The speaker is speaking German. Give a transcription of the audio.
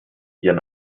ihren